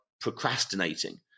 procrastinating